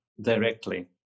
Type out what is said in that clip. directly